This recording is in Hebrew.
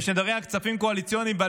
וכשנדבר על כספים קואליציוניים ועל